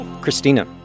Christina